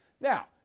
Now